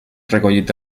recollit